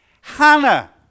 Hannah